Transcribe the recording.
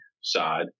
side